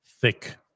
thick